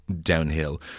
downhill